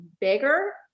bigger